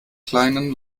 kleinen